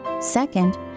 Second